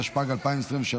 התשפ"ג 2023,